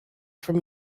from